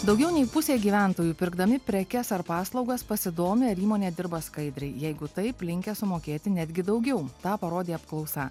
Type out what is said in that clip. daugiau nei pusė gyventojų pirkdami prekes ar paslaugas pasidomi ar įmonė dirba skaidriai jeigu taip linkę sumokėti netgi daugiau tą parodė apklausa